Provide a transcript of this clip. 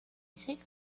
seis